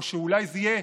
או אולי זה יהיה